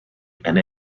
and